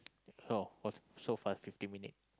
so so fast fifteen minute